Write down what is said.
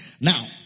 Now